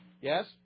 Yes